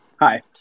Hi